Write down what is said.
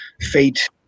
Fate